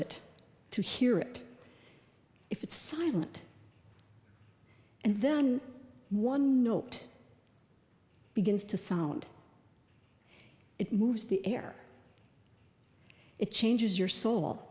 it to hear it if it's silent and then one note begins to sound it moves the air it changes your s